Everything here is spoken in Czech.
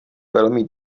velmi